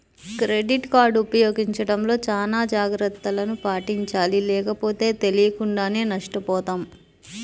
credit card ఉపయోగించడంలో చానా జాగర్తలను పాటించాలి లేకపోతే తెలియకుండానే నష్టపోతాం